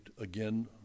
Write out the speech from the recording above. again